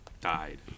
died